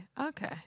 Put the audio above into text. okay